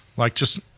like, just